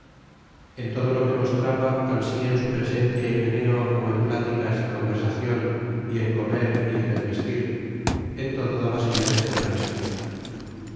en todo lo que mostraba anst en su presencia y meneo como en platicas y conversación y en comer y en el vestir en todo daba señales de gran señor